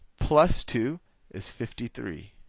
plus two is fifty three.